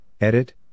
edit